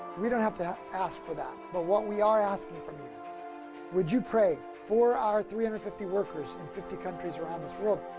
we don't have to ask for that. but what we are asking from you would you pray for our three hundred and fifty workers in fifty countries around this world,